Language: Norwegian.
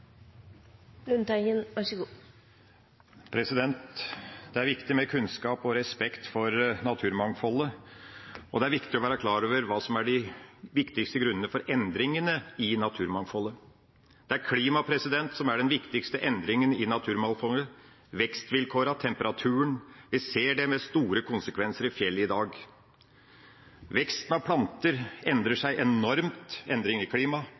viktig å være klar over hva som er de viktigste grunnene til endringene i naturmangfoldet. Det er klima som er den viktigste grunnen til endringene i naturmangfoldet – vekstvilkårene, temperaturen. Vi ser det med store konsekvenser i fjellet i dag. Veksten av planter endrer seg enormt på grunn av endringer i klimaet,